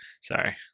sorry